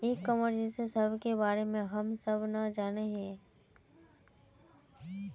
ई commerce इस सब के बारे हम सब ना जाने हीये?